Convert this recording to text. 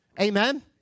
Amen